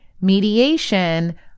Mediation